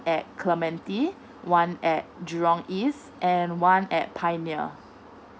at clementi one at jurong east and one at pioneer